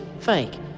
fake